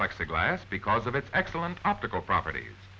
plexiglass because of its excellent optical properties